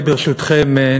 ברשותכם,